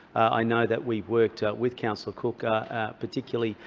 i know that we've worked with councillor cook particularly,